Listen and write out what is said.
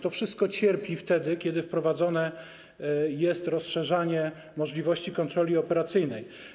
To wszystko cierpi, wtedy kiedy wprowadzone jest rozszerzanie możliwości kontroli operacyjnej.